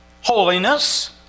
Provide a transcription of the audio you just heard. holiness